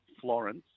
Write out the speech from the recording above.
Florence